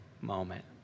moment